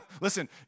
Listen